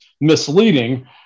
misleading